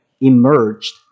emerged